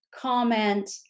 comment